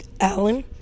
alan